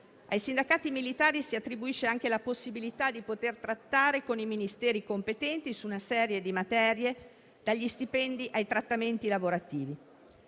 Ai sindacati militari si attribuisce anche la possibilità di trattare con i Ministeri competenti su una serie di materie, dagli stipendi ai trattamenti lavorativi.